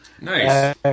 Nice